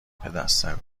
پدسگا